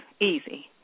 Easy